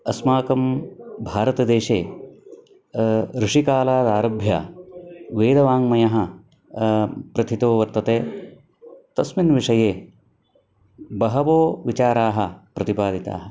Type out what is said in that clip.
अस्माकं भारतदेशे ऋषिकालादारभ्य वेदवाङ्मयः प्रथितो वर्तते तस्मिन् विषये बहवो विचाराः प्रतिपादिताः